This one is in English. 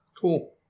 Cool